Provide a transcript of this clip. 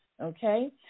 Okay